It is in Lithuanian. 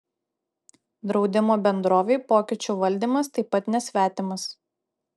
draudimo bendrovei pokyčių valdymas taip pat nesvetimas